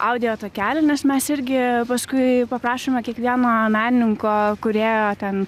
audio takelį nes mes irgi paskui paprašome kiekvieno menininko kūrėjo ten